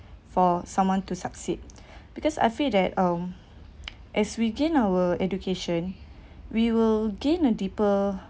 for someone to succeed because I feel that um as we gain our education we will gain a deeper